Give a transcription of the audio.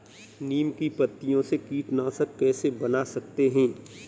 नीम की पत्तियों से कीटनाशक कैसे बना सकते हैं?